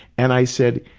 and i said,